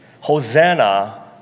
Hosanna